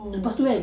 oh